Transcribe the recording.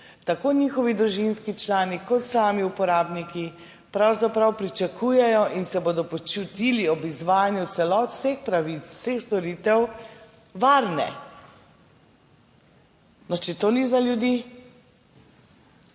tako njihovi družinski člani kot sami uporabniki pravzaprav pričakujejo in se bodo počutili ob izvajanju celot, vseh pravic, vseh storitev varne. No, če to ni za ljudi?